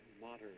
modern